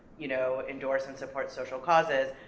you know, endorse and support social causes.